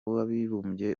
w’abibumbye